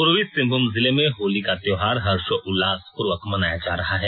पूर्वी सिंहभूम जिले में होली का त्योहार हर्षोल्लास पूर्वक मनाया जा रहा है